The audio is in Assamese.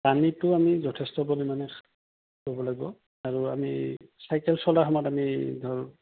পানীটো আমি যথেষ্ট পৰিমাণে খাব লাগিব আৰু আমি চাইকেল চলোৱা সময়ত আমি ধৰ